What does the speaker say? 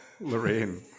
Lorraine